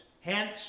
Hence